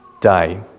day